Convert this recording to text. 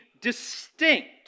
distinct